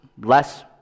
less